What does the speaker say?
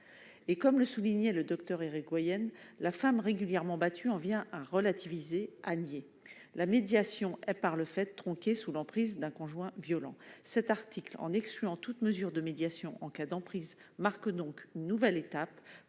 Et, comme le soulignait le docteur Hirigoyen, la femme régulièrement battue en vient à relativiser, à nier. La médiation est, par le fait, tronquée sous l'emprise d'un conjoint violent. Cet article, qui prévoit d'exclure toute mesure de médiation en cas d'emprise, marque donc une nouvelle étape